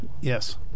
Yes